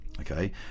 okay